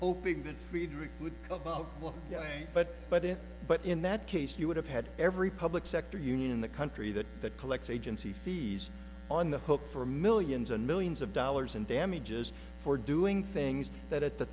yeah but but it but in that case you would have had every public sector union in the country that that collects agency fees on the hook for millions and millions of dollars in damages for doing things that at the